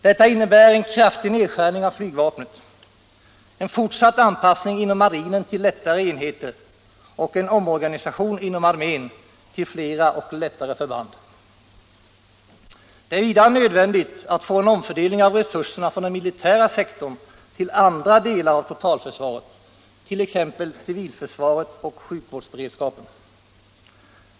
Detta innebär en kraftig nedskärning av flygvapnet, en fortsatt anpassning inom marinen till lättare enheter och en omorganisation inom armén till flera och lättare förband. Det är vidare nödvändigt att få en omfördelning av resurserna från den militära sektorn till andra delar av totalförsvaret, t.ex. civilförsvaret och sjukvårdsberedskapen.